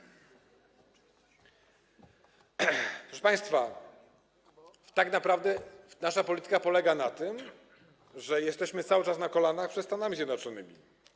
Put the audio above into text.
Proszę państwa, tak naprawdę nasza polityka polega na tym, że jesteśmy cały czas na kolanach przed Stanami Zjednoczonymi.